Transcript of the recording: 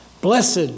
Blessed